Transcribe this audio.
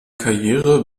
karriere